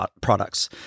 products